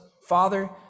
Father